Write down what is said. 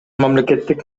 мамлекеттик